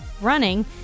running